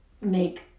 make